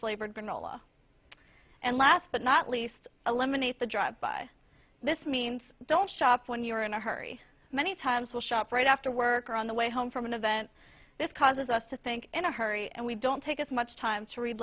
flavored granola and last but not least eliminate the drug by this means don't shop when you're in a hurry many times will shop right after work or on the way home from an event this causes us to think in a hurry and we don't take as much time to read